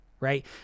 right